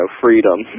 freedom